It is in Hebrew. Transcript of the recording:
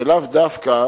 ולאו דווקא